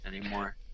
anymore